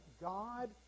God